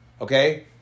okay